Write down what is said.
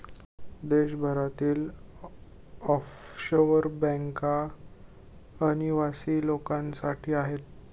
देशभरातील ऑफशोअर बँका अनिवासी लोकांसाठी आहेत